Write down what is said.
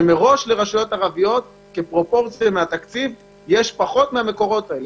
שמראש לרשויות ערביות כפרופורציה מהתקציב יש פחות מהמקורות האלה.